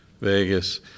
Vegas